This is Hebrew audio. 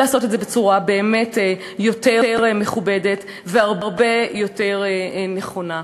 ולעשות את זה בצורה באמת יותר מכובדת והרבה יותר נכונה.